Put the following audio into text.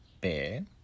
Bear